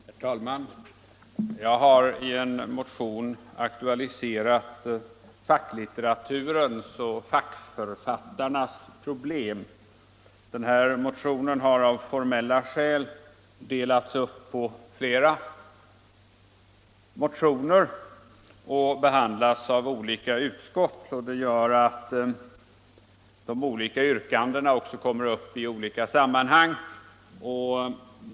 Herr talman! Jag har i en motion aktualiserat facklitteraturens och fackförfattarnas problem. Motionen har av formella skäl delats upp på flera och behandlas av olika utskott. Det gör att de olika yrkandena också kommer i olika sammanhang.